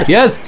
Yes